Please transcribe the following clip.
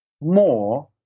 more